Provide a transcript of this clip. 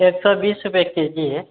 एक सए बीस रुपिए केजी है